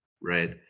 right